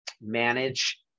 manage